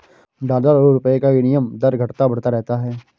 dollar और रूपए का विनियम दर घटता बढ़ता रहता है